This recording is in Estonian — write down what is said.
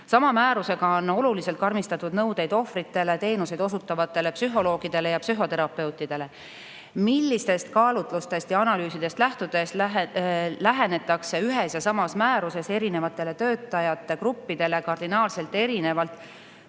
"Sama määrusega on oluliselt karmistatud nõudeid ohvritele teenuseid osutavatele psühholoogidele ja psühhoterapeutidele. Millistest kaalutlustest ja analüüsidest lähtudes lähenetakse ühes ja samas määruses erinevatele töötajate gruppidele kardinaalselt erinevalt,